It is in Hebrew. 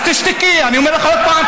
תשתקי ואל תפריעי לי.